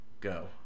go